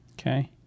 okay